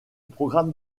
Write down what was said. programme